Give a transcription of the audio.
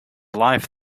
life